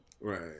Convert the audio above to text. Right